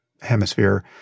hemisphere